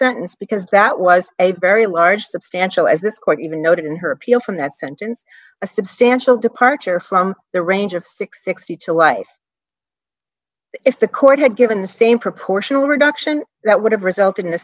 sentence because that was a very large substantial as this court even noted in her appeal from that sentence a substantial departure from the range of six hundred and sixty dollars to life if the court had given the same proportional reduction that would have resulted in a